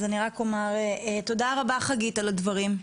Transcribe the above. חגית, תודה רבה לך על הדברים.